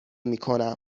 میکنم